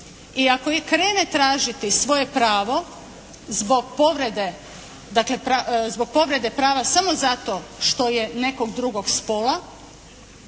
i ako krene tražiti svoje pravo zbog povrede prava samo zato što je nekog drugo spola